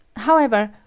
however,